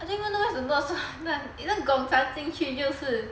I don't even know where is the not so atas isn't Gong Cha 进去就是